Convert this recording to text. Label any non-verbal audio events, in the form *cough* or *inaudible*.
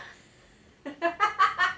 *laughs*